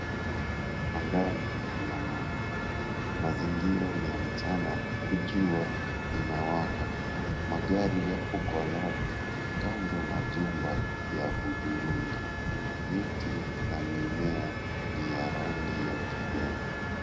Angani kuna mawingu mazingira ni ya mchana huku jua linawaka magari yako kwa lami kando na jumba la hudhurungi miti na mimea ni ya rangi ya kijani.